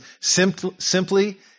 simply